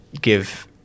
give